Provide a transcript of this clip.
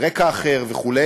רקע אחר וכו'